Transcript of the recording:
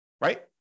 right